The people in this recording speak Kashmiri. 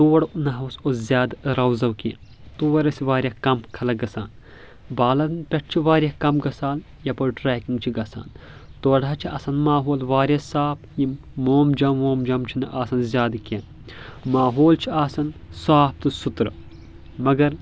تور نہ حظ اوس زیادٕ رو زو کینٛہہ تور ٲسۍ واریاہ کم خلق گژھان بالن پٮ۪ٹھ چھِ واریاہ کم گژھان یپٲرۍ ٹرٛیکنٛگ چھِ گژھان تورٕ حظ چھِ آسان ماحول واریاہ صاف یِم موم جام ووم جام چھِنہٕ آسان زیادٕ کینٛہہ ماحول چھ آسان صافر تہٕ سُترٕ مگر